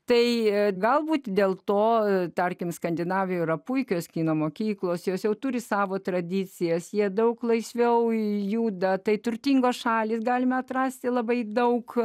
tai galbūt dėl to tarkim skandinavijoje yra puikios kino mokyklos jos jau turi savo tradicijas jie daug laisviau juda tai turtingos šalys galime atrasti labai daug